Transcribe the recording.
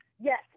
Yes